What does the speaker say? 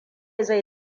zai